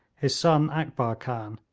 his son akbar khan,